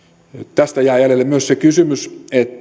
tästä jää jäljelle myös se kysymys